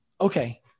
Okay